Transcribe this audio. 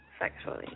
sexually